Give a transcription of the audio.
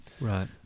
Right